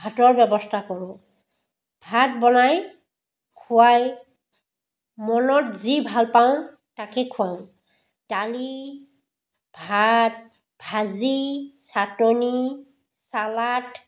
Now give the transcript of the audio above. ভাতৰ ব্যৱস্থা কৰোঁ ভাত বনাই খোৱাই মনত যি ভাল পাওঁ তাকে খোৱাওঁ দালি ভাত ভাজি চাটনি চালাড